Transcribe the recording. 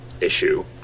issue